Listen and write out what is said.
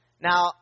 Now